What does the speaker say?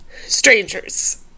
strangers